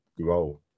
grow